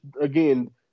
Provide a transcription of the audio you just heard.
again